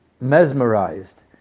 mesmerized